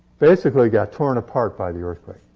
basically got torn apart by the earthquake.